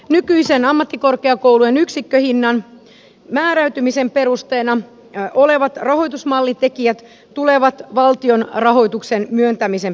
nykyisen ammattikorkeakoulujen yksikkö hinnan määräytymisen perusteena olevat rahoitusmallitekijät tulevat valtion rahoituksen myöntämisen perusteiksi